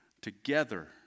together